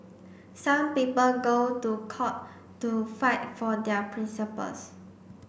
some people go to court to fight for their principles